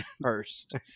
first